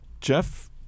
Jeff